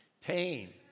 Pain